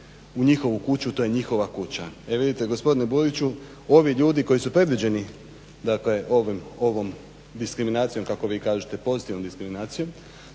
u njihovu kuću. To je njihova kuća. E vidite gospodine Buriću, ovi ljudi koji su predviđeni, dakle ovom diskriminacijom kako vi kažete pozitivnom diskriminacijom